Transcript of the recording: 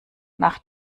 nach